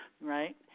right